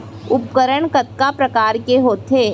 उपकरण कतका प्रकार के होथे?